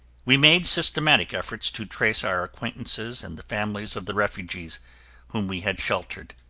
we made systematic efforts to trace our acquaintances and the families of the refugees whom we had sheltered.